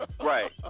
Right